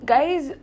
Guys